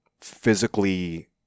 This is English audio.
physically